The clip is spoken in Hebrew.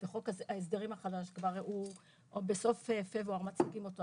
בחוק ההסדרים החדש שבסוף פברואר מציעים אותו,